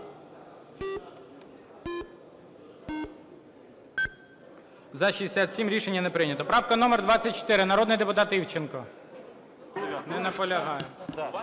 За-67 Рішення не прийнято. Правка номер 24. Народний депутат Івченко. Не наполягає.